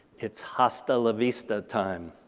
it's hasta la vista time.